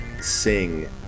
sing